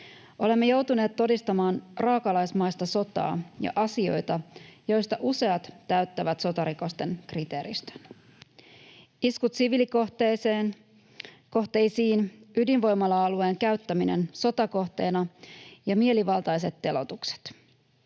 Olemme joutuneet todistamaan raakalaismaista sotaa ja asioita, joista useat täyttävät sotarikosten kriteeristön: iskut siviilikohteisiin, ydinvoimala-alueen käyttäminen sotakohteena ja mielivaltaiset teloitukset